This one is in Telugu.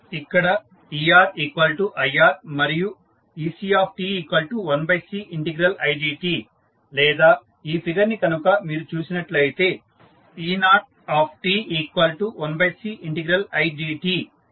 ఇక్కడ eRIR మరియు eCt1Cidt లేదా ఈ ఫిగర్ ని కనుక మీరు చూసినట్లు అయితే e0t1CidteC అవుతుంది